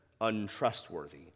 untrustworthy